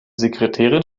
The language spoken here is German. sekretärin